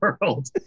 world